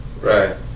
Right